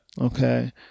Okay